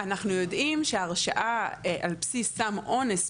אנחנו יודעים שהרשעה על בסיס סם אונס ספציפית,